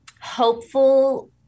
hopeful